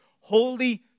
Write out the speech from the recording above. holy